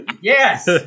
Yes